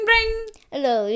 Hello